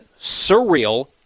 surreal